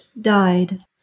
died